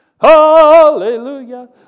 hallelujah